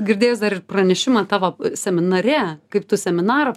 girdėjus dar ir pranešimą tavo seminare kaip tu seminarą